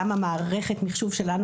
גם מערכת המחשוב שלנו,